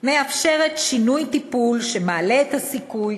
מאפשרת שינוי טיפול שמעלה את הסיכוי,